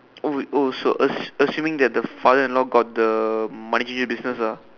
oh so ass~ assuming the father got the money changer business ah